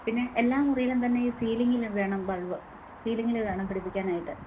പിന്നെ എല്ലാ മുറിയിലും തന്നെ ഈ സീലിങ്ങിൽ വേണം ബള്ബ് സീലിങ്ങിൽ വേണം പിടിപ്പിക്കാനായിട്ട്